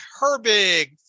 Herbig